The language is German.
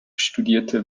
studierte